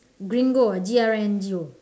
gringo ah G R I N G O